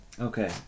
Okay